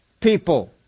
people